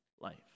life